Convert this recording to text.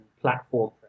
platform